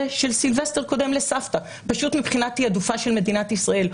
של סילבסטר קודם לסבתא מבחינת תיעדופה של מדינת ישראל,